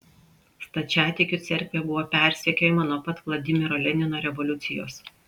stačiatikių cerkvė buvo persekiojama nuo pat vladimiro lenino revoliucijos